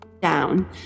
down